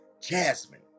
Jasmine